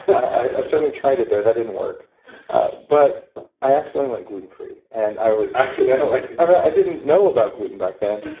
i certainly tried it there. that didn't work but i accidentally went gluten-free and i was. accidentally! i didn't know about gluten back then,